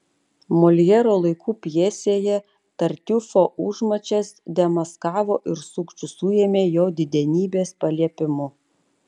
moljero laikų pjesėje tartiufo užmačias demaskavo ir sukčių suėmė jo didenybės paliepimu